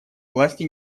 власти